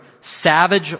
savage